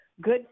good